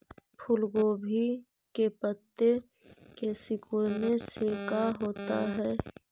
फूल गोभी के पत्ते के सिकुड़ने से का होता है?